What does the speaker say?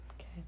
Okay